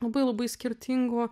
labai labai skirtingų